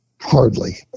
hardly